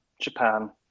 Japan